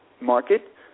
market